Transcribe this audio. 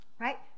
right